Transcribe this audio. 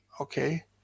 okay